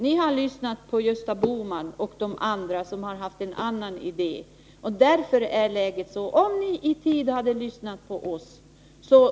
Ni har lyssnat på Gösta Bohman och andra som har haft en annan idé.